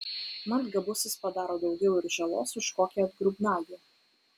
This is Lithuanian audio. mat gabusis padaro daugiau ir žalos už kokį atgrubnagį